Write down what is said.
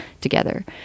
together